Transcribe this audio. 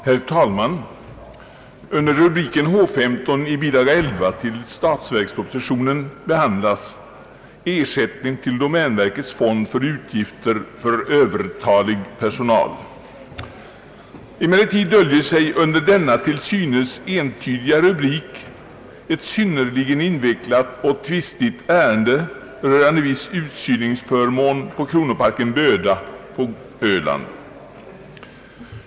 Herr talman! Under rubriken H 135 i bilaga 11 till statsverkspropositionen behandlas »Ersättning till domänverkets fond för utgifter för övertalig personal». Bakom denna till synes entydiga rubrik döljer sig ett synnerligen invecklat och tvistigt ärende rörande viss utsyningsförmån på kronoparken Böda på Öland.